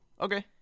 okay